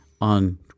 on